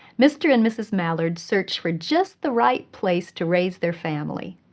mr. and mrs. mallard search for just the right place to raise their family.